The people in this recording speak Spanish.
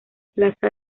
plaza